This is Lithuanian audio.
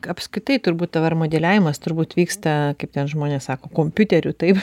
apskritai turbūt dabar modeliavimas turbūt vyksta kaip ten žmonės sako kompiuteriu taip